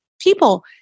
People